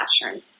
classroom